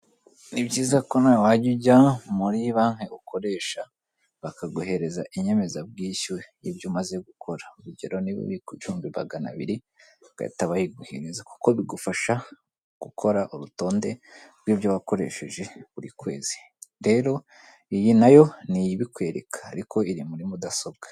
Ni byiza ko nawe wajya ujya muri banki ukoresha bakaguhereza inyemezabwishyu y'ibyo umaze gukora, urugero niba ubikuje ibihumbi maganabiri bagahita bayiguhereza kuko bigufasha gukora urutonde rw'ibyo wakoresheje buri kwezi, rero iyi nayo niyibikwereka ariko iri muri mudasobwa.